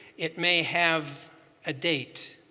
it may have a date.